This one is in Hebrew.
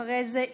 אחרי זה,